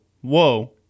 whoa